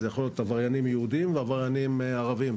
זה יכול להיות עבריינים יהודים ועבריינים ערבים.